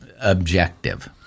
objective